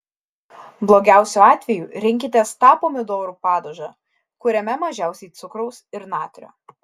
blogiausiu atveju rinkitės tą pomidorų padažą kuriame mažiausiai cukraus ir natrio